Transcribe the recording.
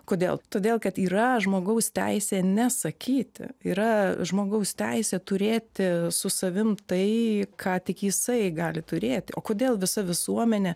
kodėl todėl kad yra žmogaus teisė ne sakyti yra žmogaus teisė turėti su savim tai ką tik jisai gali turėti o kodėl visa visuomenė